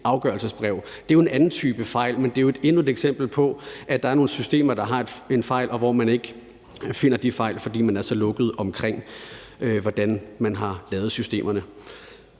afgørelsesbrev. Det er jo en anden type fejl, men det er endnu et eksempel på, at der er nogle systemer, der har en fejl, og hvor fejlen ikke kan findes, fordi man er så lukket omkring, hvordan man har lavet systemerne.